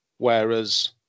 Whereas